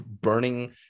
burning